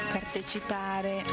partecipare